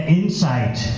insight